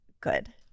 good